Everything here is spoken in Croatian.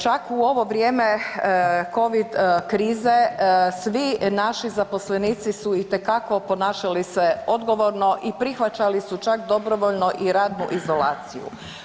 Čak u ovo vrijeme covid krize svi naši zaposlenici su itekako ponašali se odgovorno i prihvaćali su čak dobrovoljno i radnu izolaciju.